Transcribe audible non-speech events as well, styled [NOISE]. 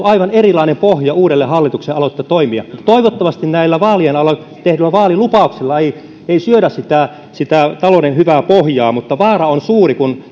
[UNINTELLIGIBLE] aivan erilainen pohja uudelle hallitukselle aloittaa toimia toivottavasti näillä vaalien alla tehdyillä vaalilupauksilla ei ei syödä sitä sitä talouden hyvää pohjaa mutta vaara on suuri kun [UNINTELLIGIBLE]